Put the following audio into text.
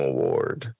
Award